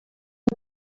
amb